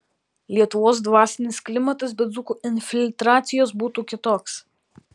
lietuvos dvasinis klimatas be dzūkų infiltracijos būtų kitoks